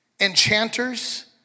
enchanters